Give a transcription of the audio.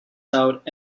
out